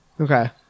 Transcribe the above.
Okay